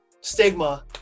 stigma